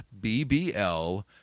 BBL